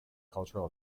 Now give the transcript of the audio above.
cultural